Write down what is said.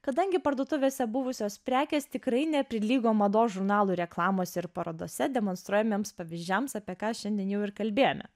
kadangi parduotuvėse buvusios prekės tikrai neprilygo mados žurnalų reklamose ir parodose demonstruojamiems pavyzdžiams apie ką šiandien jau ir kalbėjome